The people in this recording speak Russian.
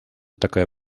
такая